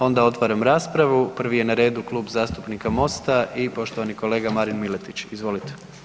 Onda otvaram raspravu, prvi je na redu Klub zastupnika MOST-a i poštovani kolega Marin Miletić, izvolite.